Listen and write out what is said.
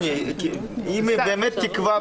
אם היא תקבע,